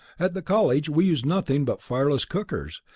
at the college we used nothing but fireless cookers,